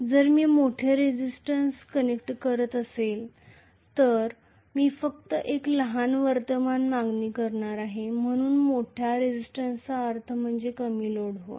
जर मी मोठा रेसिस्टंन्स कनेक्ट करत असेल तर मी फक्त एक लहान करंट मागणी करणार आहे म्हणून मोठ्या रेसिस्टंन्सचा अर्थ म्हणजे कमी लोड करणे